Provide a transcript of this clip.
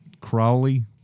Crowley